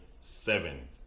seven